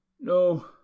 no